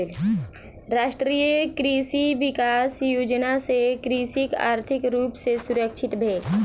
राष्ट्रीय कृषि विकास योजना सॅ कृषक आर्थिक रूप सॅ सुरक्षित भेल